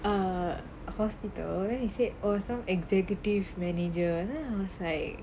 err hospital then he said oh some executive manager then I was like